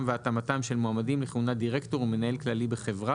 והתאמתם של מועמדים לכהונת דירקטור ומנהל כללי בחברה,